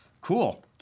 Cool